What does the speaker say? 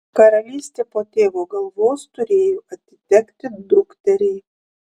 karalystė po tėvo galvos turėjo atitekti dukteriai